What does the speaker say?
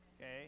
okay